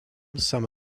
some